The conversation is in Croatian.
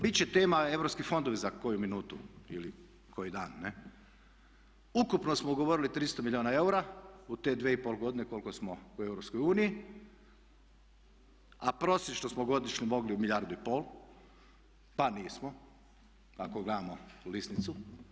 Biti će tema europski fondovi za koju minutu ili koji dan, ukupno smo ugovorili 300 milijuna eura u te 2,5 godine koliko smo u Europskoj uniji a prosječno smo godišnje mogli milijardu i pol, pa nismo, ako gledamo lisnicu.